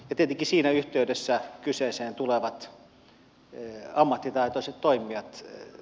ja tietenkin siinä yhteydessä kyseeseen tulevat ammattitaitoiset toimijat